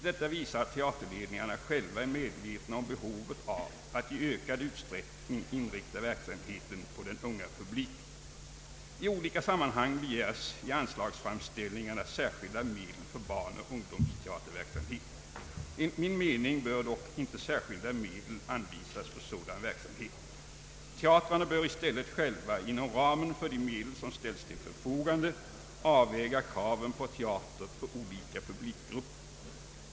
Detta visar att teaterledningarna själva är medvetna om behovet av att i ökad utsträckning inrikta verksamheten på den unga publiken. I olika sammanhang begärs i anslagsframställningarna särskilda medel för barnoch ungdomsteaterverksamhet. Enligt min mening bör dock inte särskilda medel anvisas för sådan verksamhet. Teatrarna bör i stället själva inom ramen för de medel som ställs till förfogande avväga kraven på teater för olika publikgrupper.